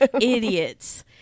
idiots